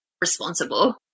responsible